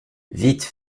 vite